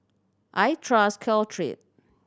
I trust Caltrate